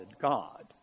God